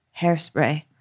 Hairspray